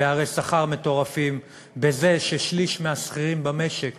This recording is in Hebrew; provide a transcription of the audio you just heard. בפערי שכר מטורפים, בזה ששליש מהשכירים במשק